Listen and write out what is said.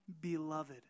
beloved